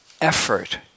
effort